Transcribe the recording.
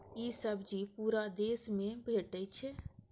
ई सब्जी पूरा देश मे भेटै छै